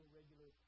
regular